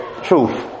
truth